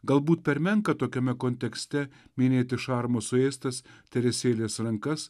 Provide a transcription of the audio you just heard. galbūt per menka tokiame kontekste minėti šarmo suėstas teresėlės rankas